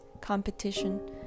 competition